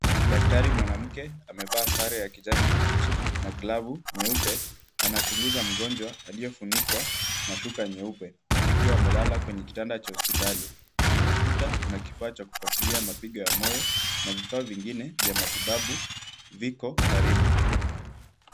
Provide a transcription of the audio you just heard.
Daktari mwanamke amevaa sare ya kijani kibichi na glavu nyeupe, anachunguza mgonjwa aliyefunikwa shuka nyeupe, akiwa amelala kwenye kitanda cha hospitali. Kwenye ukuta kuna kifaa cha kufuatilia mapigo ya moyo na vifaa vingine vya matibabu viko karibu.